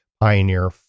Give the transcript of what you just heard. Pioneer